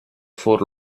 for